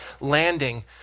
landing